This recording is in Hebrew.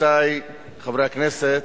רבותי חברי הכנסת,